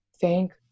thank